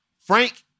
Frank